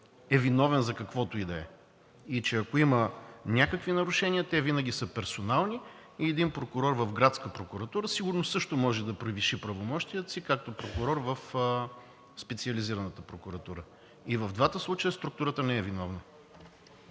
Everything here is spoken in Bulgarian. е виновна за каквото и да е, и че ако има някакви нарушения, те винаги са персонални. Един прокурор в Градската прокуратура сигурно също може да превиши правомощията си, както прокурор в Специализираната прокуратура. И в двата случая структурата не е виновна.